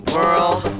World